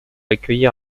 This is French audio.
accueillir